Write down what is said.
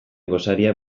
gosaria